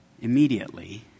Immediately